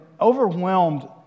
overwhelmed